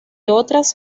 otras